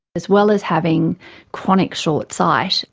as well as having chronic short sight,